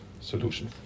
solution